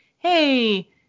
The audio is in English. hey